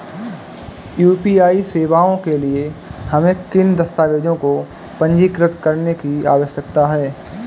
UPI सेवाओं के लिए हमें किन दस्तावेज़ों को पंजीकृत करने की आवश्यकता है?